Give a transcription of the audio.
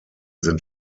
sind